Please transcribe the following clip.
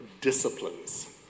disciplines